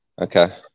Okay